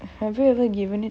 have you ever given it